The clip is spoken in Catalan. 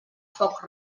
foc